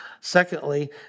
Secondly